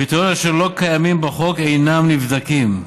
קריטריונים אשר לא קיימים בחוק אינם נבדקים.